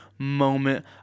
moment